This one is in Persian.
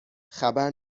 خبر